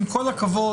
עם כל הכבוד,